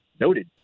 Noted